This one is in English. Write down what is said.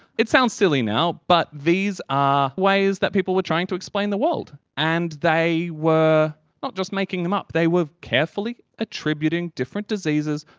it sounds silly now but these are ways that people were trying to explain the world. and they were not just making them up. they were carefully attributing different diseases,